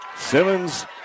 Simmons